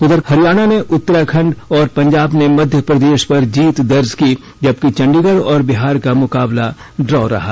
उधर कल हरियाणा ने उत्तराखंड और पंजाब ने मध्य प्रदेश पर जीत दर्ज की जबकि चंडीगढ़ और बिहार का मुकाबला ड्रॉ रहा